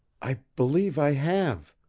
i believe i have.